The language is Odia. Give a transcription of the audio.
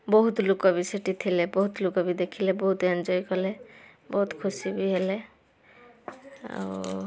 ବହୁତ ଲୋକ ବି ସେଠି ଥିଲେ ବହୁତ ଲୋକ ବି ଦେଖିଲେ ବହୁତ ଏନ୍ଜୟ କଲେ ବହୁତ ଖୁସି ବି ହେଲେ ଆଉ